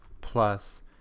plus